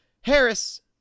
Harris